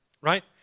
Right